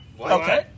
Okay